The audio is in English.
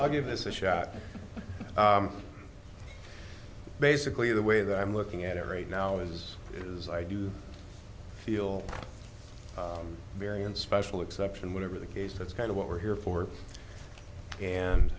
i'll give this a shot basically the way that i'm looking at it right now is this i do feel very in special exception whatever the case that's kind of what we're here for and